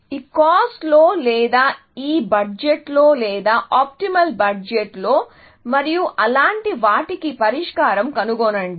ఈ కాస్ట్ లో లేదా ఈ బడ్జెట్లో లేదా ఆప్టిమల్ బడ్జెట్లో మరియు అలాంటి వాటికి పరిష్కారం కనుగొనండి